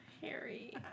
Harry